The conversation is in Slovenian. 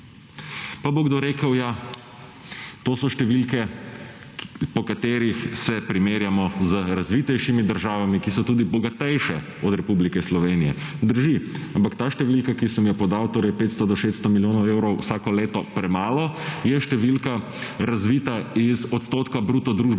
Pa bo kdo rekel, ja, to so številke po katerih se primerjamo z razvitejšimi državami, ki so tudi bogatejše od Republike Slovenije. Drži, ampak ta številka, ki sem jo podal, torej 500 do 600 milijonov evrov vsako leto premalo je številka razvita iz odstotka bruto družbenega